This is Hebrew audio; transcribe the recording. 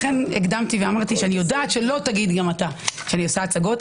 לכן הקדמתי ואמרתי שאני יודעת שלא תגיד גם אתה שאני עושה הצגות,